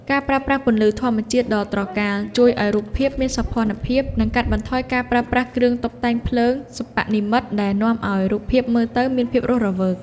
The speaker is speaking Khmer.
ការប្រើប្រាស់ពន្លឺធម្មជាតិដ៏ត្រកាលជួយឱ្យរូបភាពមានសោភ័ណភាព និង កាត់បន្ថយការប្រើប្រាស់គ្រឿងតុបតែងភ្លើងសិប្បនិម្មិតដែលនាំឱ្យរូបភាពមើលទៅមានភាពរស់រវើក។